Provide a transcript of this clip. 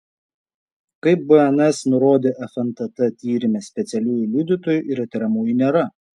kaip bns nurodė fntt tyrime specialiųjų liudytojų ir įtariamųjų nėra